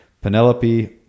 Penelope